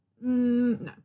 no